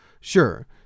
Sure